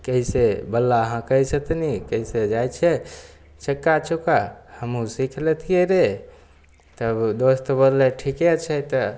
कैसे बल्ला हाँकै छथिन कैसे जाइ छै छक्का छुक्का हमहूँ सीख लेतियै रे तब दोस्त बोललै ठीके छै तऽ